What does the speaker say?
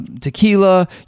tequila